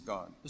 God